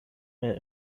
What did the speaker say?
mehr